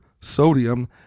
sodium